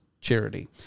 charity